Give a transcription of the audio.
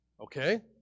Okay